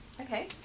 Okay